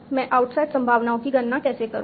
अब मैं आउटसाइड संभावनाओं की गणना कैसे करूं